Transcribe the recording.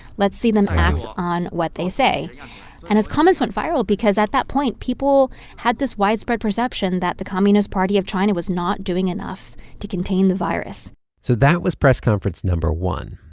let's see them act on what they say and his comments went viral because at that point, people had this widespread perception that the communist party of china was not doing enough to contain the virus so that was press conference no. one.